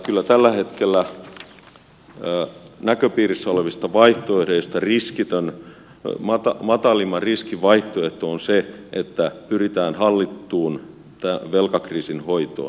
kyllä tällä hetkellä näköpiirissä olevista vaihtoehdoista matalimman riskin vaihtoehto on se että pyritään hallittuun velkakriisin hoitoon